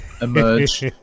emerge